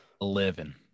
Eleven